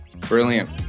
Brilliant